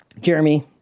Jeremy